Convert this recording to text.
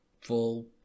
full